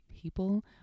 people